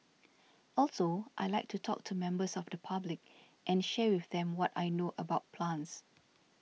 also I like to talk to members of the public and share with them what I know about plants